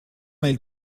mêle